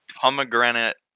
pomegranate